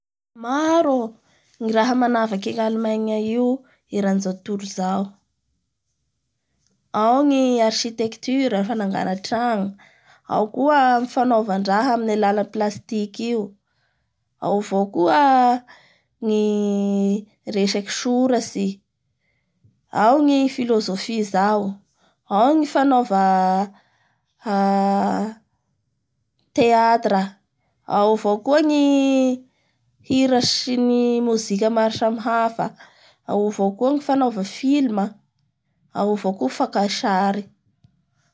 Ao ny architecture fanagana trango ao koa ny fanaovandraha amin'ny aalan'ny pastiky io ao avao koa ny resaky soratsy ao ngy philosophie zao, ao ny fanaova theatre ao avao koa ny hira sy ny musique samy hafa, aoa vao koa fanaova fim ao avao koa fanka tsary.